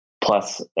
plus